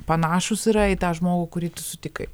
panašūs yra į tą žmogų kurį tu sutikai